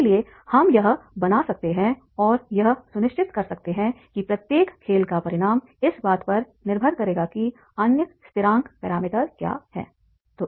इसलिए हम यह बना सकते हैं और यह सुनिश्चित कर सकते हैं कि प्रत्येक खेल का परिणाम इस बात पर निर्भर करेगा कि अन्य स्थिरांक पैरामीटर क्या हैं